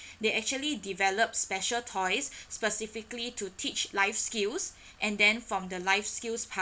they actually develop special toys specifically to teach life skills and then from the life skills